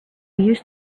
used